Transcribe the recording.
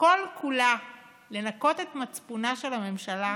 שכל-כולה לנקות את מצפונה של הממשלה,